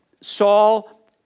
Saul